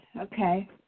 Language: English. Okay